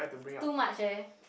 too much leh